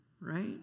right